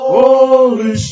Holy